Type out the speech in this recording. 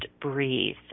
breathe